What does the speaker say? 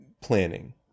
planning